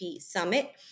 Summit